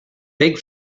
big